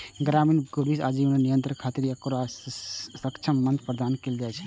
ग्रामीण गरीबक आजीविका मे निरंतर वृद्धि खातिर ओकरा सक्षम मंच प्रदान कैल जाइ छै